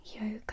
yoga